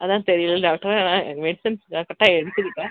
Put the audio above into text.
அதான் தெரியல டாக்டர் ஆனால் மெடிசன்ஸ் கரெக்டாக எடுத்துக்கிட்டேன்